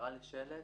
לשלט